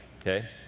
okay